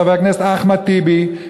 חבר הכנסת אחמד טיבי,